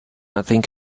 nothing